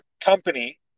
company